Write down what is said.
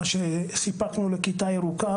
מה שסיפקנו לכיתה ירוקה